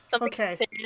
okay